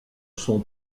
son